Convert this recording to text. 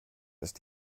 ist